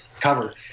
cover